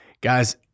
Guys